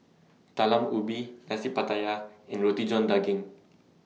Talam Ubi Nasi Pattaya and Roti John Daging